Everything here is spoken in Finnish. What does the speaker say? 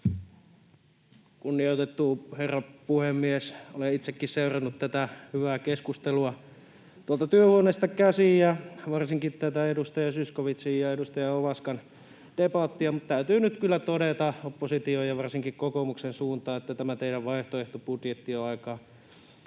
Kunnioitettu herra puhemies! Olen itsekin seurannut tätä hyvää keskustelua tuolta työhuoneesta käsin ja varsinkin tätä edustaja Zyskowiczin ja edustaja Ovaskan debattia. Täytyy nyt kyllä todeta opposition ja varsinkin kokoomuksen suuntaan, että tämä teidän vaihtoehtobudjettinne on aika